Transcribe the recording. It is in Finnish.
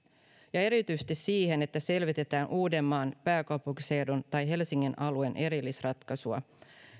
ja erityisesti siihen että selvitetään uudenmaan pääkaupunkiseudun tai helsingin alueen erillisratkaisua